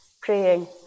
praying